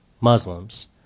Muslims